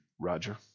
Roger